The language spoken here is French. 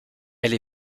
elle